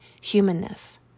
humanness